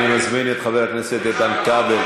אני מזמין את חבר הכנסת איתן כבל.